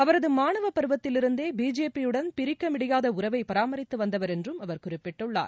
அவரது மாணவ பருவத்திலிருந்தே பிஜேபியுடன் பிரிக்க முடியாத உறவை பராமரித்து வந்தவர் என்றும் அவர் குறிப்பிட்டுள்ளார்